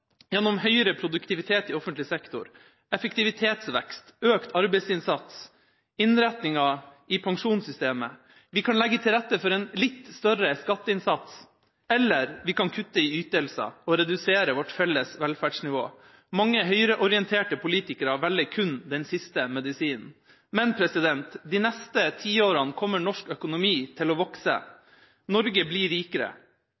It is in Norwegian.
gjennom høyere produktivitet i offentlig sektor, effektivitetsvekst, økt arbeidsinnsats, innretninger i pensjonssystemet, vi kan legge til rette for en litt større skatteinnsats, eller vi kan kutte i ytelser og redusere vårt felles velferdsnivå. Mange høyreorienterte politikere velger kun den siste medisinen. Men de neste tiårene kommer norsk økonomi til å